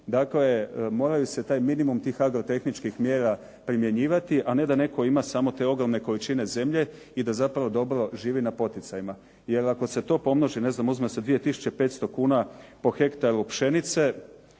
dakle mora se minimum tih agrotehničkih mjera primjenjivati, a ne da netko ima samo te ogromne količine zemlje i da zapravo dobro živi na poticajima. Jer ako se to pomnoži, uzme se 2500 kuna po hektaru pšenice,